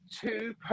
two